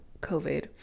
COVID